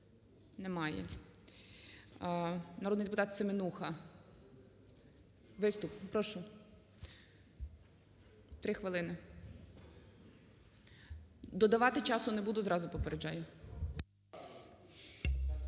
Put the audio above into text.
Немає. Народний депутатСеменуха. Виступ. Прошу, 3 хвилини. Додавати часу не буду, зразу попереджаю.